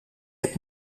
hebt